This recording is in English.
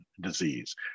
disease